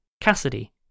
Cassidy